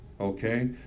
okay